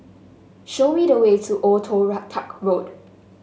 show me the way to Old Toh Tuck Road